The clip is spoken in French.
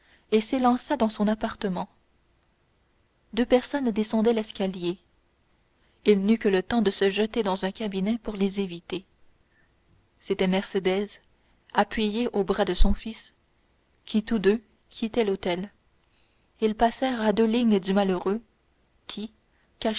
et s'élança dans son appartement deux personnes descendaient l'escalier il n'eut que le temps de se jeter dans un cabinet pour les éviter c'était mercédès appuyée au bras de son fils qui tous deux quittaient l'hôtel ils passèrent à deux lignes du malheureux qui